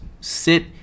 sit